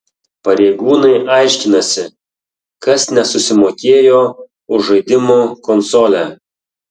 pareigūnai aiškinasi kas nesusimokėjo už žaidimų konsolę